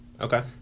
Okay